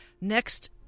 Next